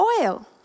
oil